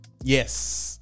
Yes